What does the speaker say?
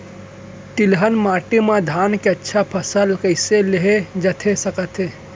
तिलहन माटी मा धान के अच्छा फसल कइसे लेहे जाथे सकत हे?